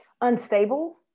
unstable